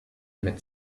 mit